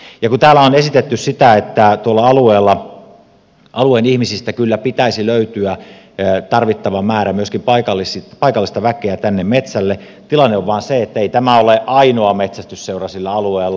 kun täällä on esitetty sitä että tuolla alueella alueen ihmisistä kyllä pitäisi löytyä tarvittava määrä myöskin paikallista väkeä metsälle niin tilanne on vain se että ei tämä ole ainoa metsästysseura sillä alueella